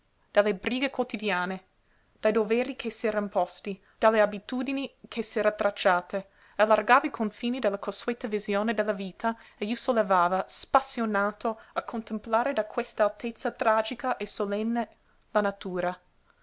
dalle brighe quotidiane dai doveri che s'era imposti dalle abitudini che s'era tracciate e allargava i confini della consueta visione della vita e si sollevava spassionato a contemplare da questa altezza tragica e solenne la natura